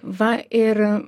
va ir